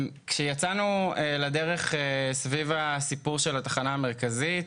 כשיצאנו לדרך סביב הסיפור של התחנה המרכזית,